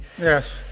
Yes